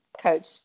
coach